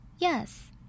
Yes